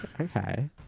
Okay